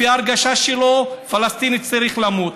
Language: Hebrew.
לפי ההרגשה שלו הפלסטיני צריך למות,